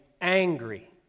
angry